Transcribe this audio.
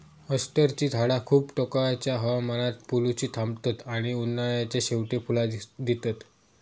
अष्टरची झाडा खूप टोकाच्या हवामानात फुलुची थांबतत आणि उन्हाळ्याच्या शेवटी फुला दितत